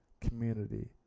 community